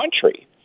country